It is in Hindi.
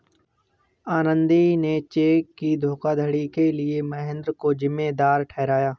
आनंदी ने चेक की धोखाधड़ी के लिए महेंद्र को जिम्मेदार ठहराया